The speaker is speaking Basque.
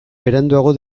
beranduago